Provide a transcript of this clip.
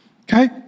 okay